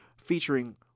Featuring